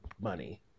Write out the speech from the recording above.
money